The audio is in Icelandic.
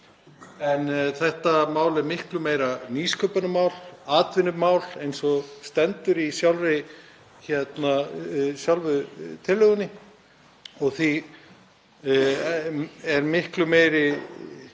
Þetta mál er miklu meira nýsköpunarmál, atvinnumál, eins og stendur í sjálfri tillögunni, og því er það miklu meira en